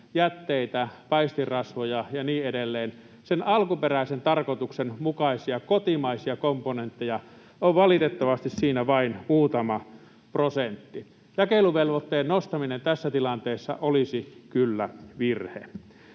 jätteitä, paistinrasvoja ja niin edelleen. Sen alkuperäisen tarkoituksen mukaisia kotimaisia komponentteja on valitettavasti siinä vain muutama prosentti. Jakeluvelvoitteen nostaminen tässä tilanteessa olisi kyllä virhe.